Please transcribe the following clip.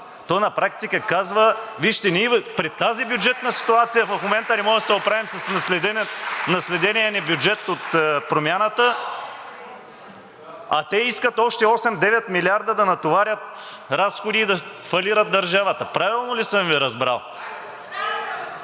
от ГЕРБ-СДС.) Вижте, ние при тази бюджетна ситуация в момента не можем да се оправим с наследения ни бюджет от Промяната, а те искат още 8 – 9 милиарда да натоварят разходи и да фалират държавата. Правилно ли съм Ви разбрал?